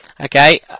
Okay